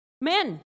men